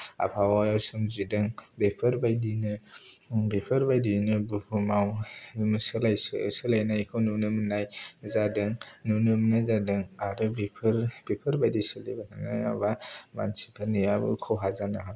आबहावायाव सोमजिदों बेफोरबायदिनो बेफोरबायदियैनो बुहुमाव सोलाय सोलायनायखौ नुनो मोन्नाय जादों नुनो मोन्नाय जादों आरो बेफोर बेफोरबायदि सोलिबाय थायोब्ला मानसिफोरनियाबो खहा जानो हागौ